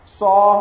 saw